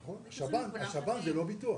נכון, השב"ן זה לא ביטוח.